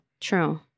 True